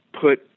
put